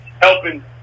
helping